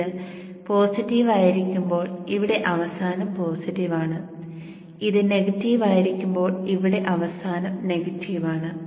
ഇത് പോസിറ്റീവ് ആയിരിക്കുമ്പോൾ ഇവിടെ അവസാനം പോസിറ്റീവ് ആണ് ഇത് നെഗറ്റീവ് ആയിരിക്കുമ്പോൾ ഇവിടെ അവസാനം നെഗറ്റീവ് ആണ്